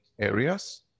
areas